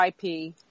IP